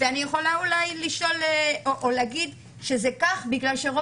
אני יכולה אולי לשאול או להגיד שזה כך בגלל שרוב